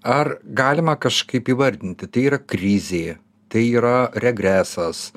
ar galima kažkaip įvardinti tai yra krizė tai yra regresas